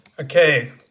Okay